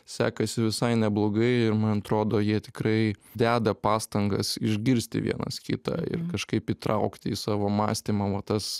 sekasi visai neblogai ir man atrodo jie tikrai deda pastangas išgirsti vienas kitą ir kažkaip įtraukti į savo mąstymą va tas